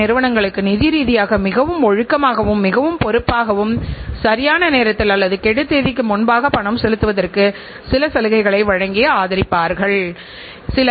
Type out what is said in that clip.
சுழற்சியின் நேரத்தைக் குறைக்க சுழற்சியின் நேரத்தைக் கட்டுப்படுத்துவதற்கு மென்மையான இயங்கும் செயல்முறைகள் மற்றும் உயர் தரம் தேவைப்படுகிறது